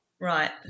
Right